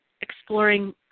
exploring